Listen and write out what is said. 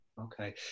Okay